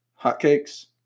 hotcakes